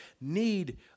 need